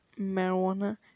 marijuana